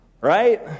Right